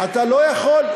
אתה לא יכול.